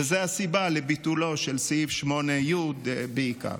וזו הסיבה לביטולו של סעיף 8י בעיקר.